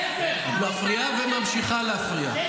ספר --- את מפריעה, וממשיכה להפריע.